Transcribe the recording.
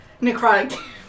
Necrotic